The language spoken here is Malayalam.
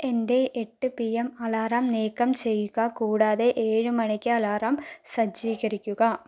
എന്റെ എട്ട് പി എം അലാറം നീക്കം ചെയ്യുക കൂടാതെ ഏഴ് മണിക്ക് അലാറം സജ്ജീകരിക്കുക